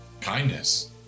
kindness